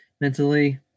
mentally